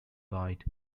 byte